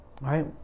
right